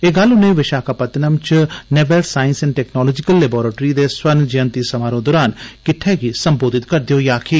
एह गल्ल उनें विशाखापटनम च नावल सांईंस ते टैक्नालोजीकल लेब्राटरी दे स्वर्ण जयंति समारोह् दरान किट्ठ गी संबोधत करदे होई आक्खी